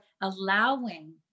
allowing